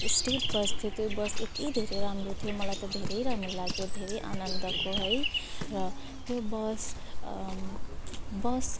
state bus थियो bus यत्ति धेरै राम्रो थियो मलाई त धेरै राम्रो लाग्यो धेरै आनन्दको है र त्यो बस बस